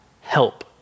Help